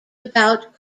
about